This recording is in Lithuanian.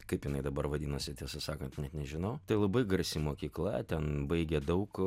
kaip jinai dabar vadinasi tiesą sakant net nežinau tai labai garsi mokykla ten baigė daug